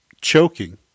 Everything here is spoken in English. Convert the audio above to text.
choking